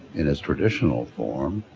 in its traditional form,